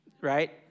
right